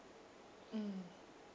mm